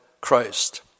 Christ